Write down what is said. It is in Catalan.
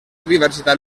diversitat